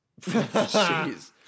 Jeez